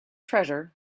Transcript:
treasure